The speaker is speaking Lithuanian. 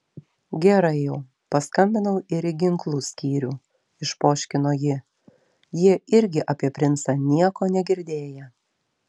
gerai jau paskambinau ir į ginklų skyrių išpoškino ji jie irgi apie princą nieko negirdėję